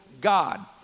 God